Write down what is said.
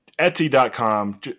etsy.com